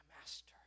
master